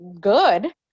good